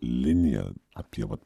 linija apie vat